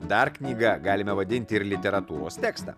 dar knyga galime vadinti ir literatūros tekstą